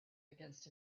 against